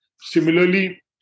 Similarly